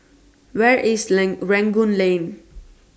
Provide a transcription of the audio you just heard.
Where IS Lane Rangoon Lane